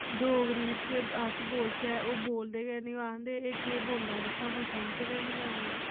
डोगरी बिच्च अस बोलचै ओह् बोलदे गै नेईं ओह् आखदे एह् केह् बोला दे सानूं समझ गै निं आ दी